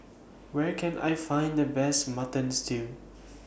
Where Can I Find The Best Mutton Stew